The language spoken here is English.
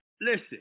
Listen